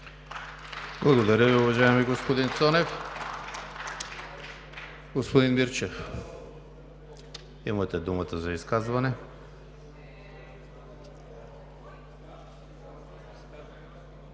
Благодаря Ви, уважаеми господин Цонев. Господин Мирчев, имате думата за изказване.